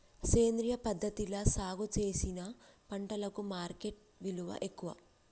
సేంద్రియ పద్ధతిలా సాగు చేసిన పంటలకు మార్కెట్ విలువ ఎక్కువ